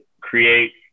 create